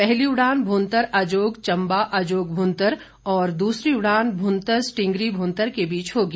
पहली उड़ान भुंतर अजोग चंबा अजोग भुंतर और दूसरी उड़ान भुंतर स्टींगरी भुंतर के बीच होगी